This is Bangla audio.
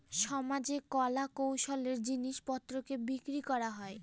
সমাজে কলা কৌশলের জিনিস পত্রকে বিক্রি করা হয়